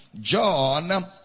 John